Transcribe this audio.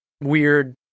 weird